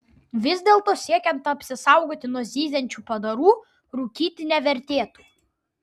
vis dėlto siekiant apsisaugoti nuo zyziančių padarų rūkyti nevertėtų